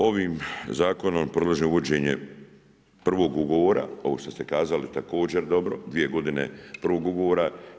Ovim zakonom predlažem uvođenje prvog ugovora ovo što ste kazali također dobro, dvije godine prvog ugovora.